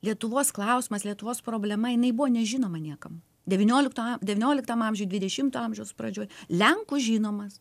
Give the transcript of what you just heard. lietuvos klausimas lietuvos problema jinai buvo nežinoma niekam devyniolikto a devynioliktam amžiuj dvidešimto amžiaus pradžioj lenkų žinomas